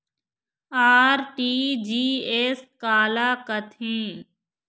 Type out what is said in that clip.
RTGS काला कथें?